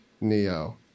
Neo